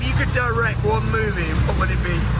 could direct one movie, what would it be?